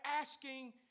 asking